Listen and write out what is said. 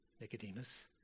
Nicodemus